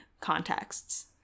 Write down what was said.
contexts